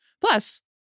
Plus